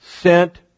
sent